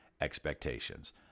expectations